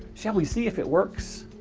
shall we see if it works?